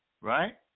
right